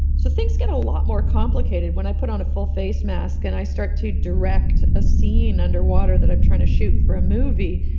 so, get a lot more complicated when i put on a full face mask and i start to direct a scene underwater that i'm trying to shoot for a movie.